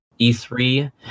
E3